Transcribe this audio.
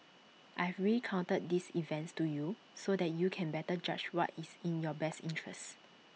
I've recounted these events to you so that you can better judge what is in your best interests